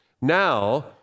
Now